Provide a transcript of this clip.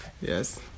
Yes